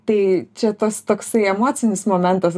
tai čia tas toksai emocinis momentas